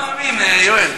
אתה לא מאמין, יואל.